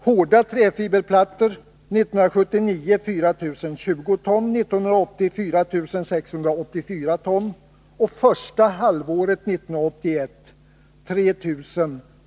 Under första halvåret 1981 utgjorde importen 376 ton.